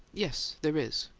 yes, there is.